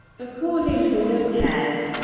according to woodhead.